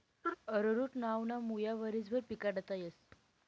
arrowroot नावना मुया वरीसभर पिकाडता येस